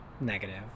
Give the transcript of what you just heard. negative